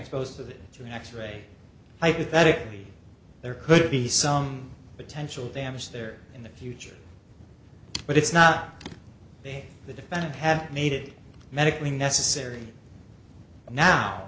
exposed to that three x ray hypothetically there could be some potential damage there in the future but it's not say the defendant have made it medically necessary now